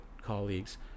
colleagues